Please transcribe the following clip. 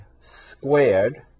squared